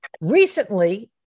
recently